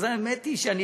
אז האמת היא שאני